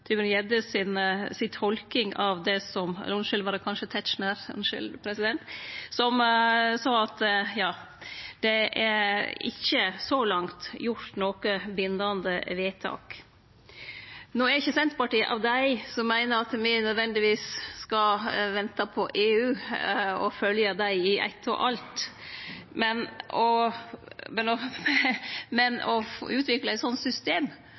si tolking av det – eller var det kanskje Tetzschner, unnskyld: at det så langt ikkje er gjort noko bindande vedtak. No er ikkje Senterpartiet av dei som meiner at me nødvendigvis skal vente på EU og følgje dei i eitt og alt, men når det gjeld å utvikle eit slikt system